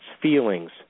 feelings